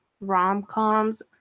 rom-coms